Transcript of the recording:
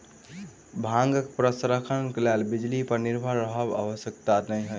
भांगक प्रसंस्करणक लेल बिजली पर निर्भर रहब आवश्यक नै